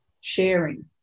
sharing